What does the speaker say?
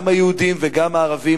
גם היהודים וגם הערבים,